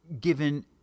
given